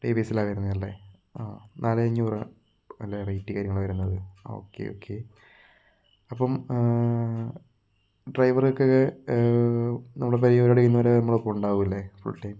day ബേസിലാണ് വരുന്നത് അല്ലെ ആ നാല് അഞ്ഞൂറ് അല്ലെ റേറ്റ് കാര്യങ്ങൾ വരുന്നത് ഓക്കെ ഓക്കെ അപ്പം ഡ്രൈവറൊക്കെ നമ്മുടെ പരിപാടി കഴിയുന്നവരെ നമ്മുടെ കൂടെ ഉണ്ടാവും അല്ലേ ഫുൾ ടൈം